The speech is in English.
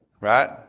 right